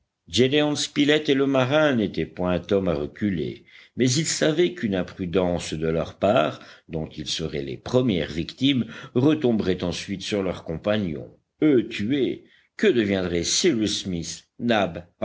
et le marin n'étaient point hommes à reculer mais ils savaient qu'une imprudence de leur part dont ils seraient les premières victimes retomberait ensuite sur leurs compagnons eux tués que deviendraient cyrus smith